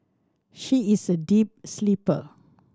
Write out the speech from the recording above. she is a deep sleeper